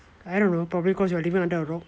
I don't know probably cause you are living under a rock